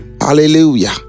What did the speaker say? hallelujah